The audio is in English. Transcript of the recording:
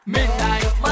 Midnight